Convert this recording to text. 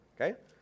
okay